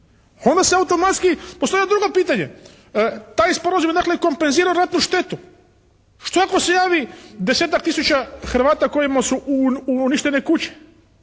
Odmah se automatski postavlja drugo pitanje. Taj sporazum je dakle kompenzirao ratnu štetu. Što ako se javi desetak tisuća Hrvata kojima su uništene kuće